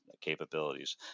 capabilities